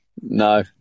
no